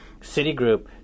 Citigroup